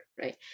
right